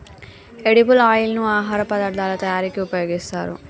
edible oil ను ఆహార పదార్ధాల తయారీకి ఉపయోగిస్తారు